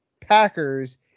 Packers